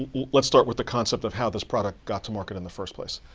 let's start with the concept of how this product got to market in the first place.